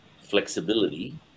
flexibility